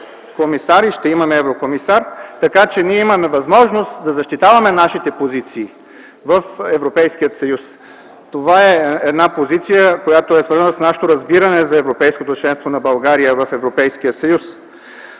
еврокомисар и ще имаме еврокомисар, така че имаме възможност да защитаваме нашите позиции в Европейския съюз. Това е позиция, която е свързана с нашето разбиране за европейското членство на България в Европейския съюз.